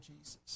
Jesus